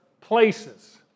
places